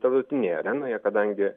tarptautinėje arenoje kadangi